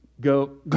go